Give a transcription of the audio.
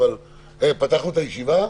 אני פותח את הישיבה.